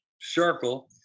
circle